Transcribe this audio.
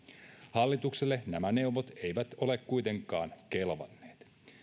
hallitukselle nämä neuvot eivät ole kuitenkaan kelvanneet